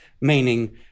meaning